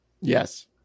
Yes